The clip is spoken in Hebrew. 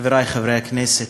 חברי חברי הכנסת,